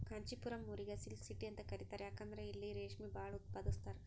ಕಾಂಚಿಪುರಂ ಊರಿಗ್ silk city ಅಂತ್ ಕರಿತಾರ್ ಯಾಕಂದ್ರ್ ಇಲ್ಲಿ ರೇಶ್ಮಿ ಭಾಳ್ ಉತ್ಪಾದಸ್ತರ್